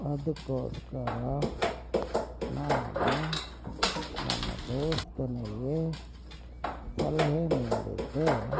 ಅದಕ್ಕೋಸ್ಕರ ನಾನು ನನ್ನ ದೋಸ್ತನಿಗೆ ಸಲಹೆ ನೀಡಿದ್ದೆ